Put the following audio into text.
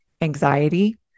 anxiety